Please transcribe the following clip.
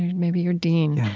maybe your dean.